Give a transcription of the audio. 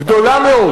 גדולה מאוד.